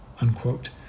unquote